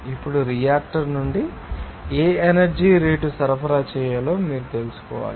ఇప్పుడు రియాక్టర్ నుండి ఏ ఎనర్జీ రేటును సరఫరా చేయాలో మీరు తెలుసుకోవాలి